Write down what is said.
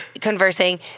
conversing